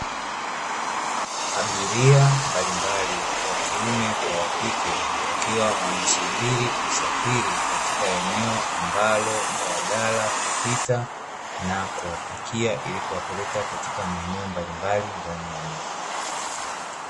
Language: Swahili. Abiria mbalimbali wa kiume kwa wakike wakiwa wanasubiri usafiri katika eneo ambalo daladala hupita na kuwapakia ili kuwapeleka katika maeneo mbalimbali ndani ya mji.